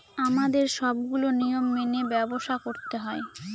আমাদের সবগুলো নিয়ম মেনে ব্যবসা করতে হয়